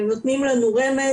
אם הם נותנים לנו רמז,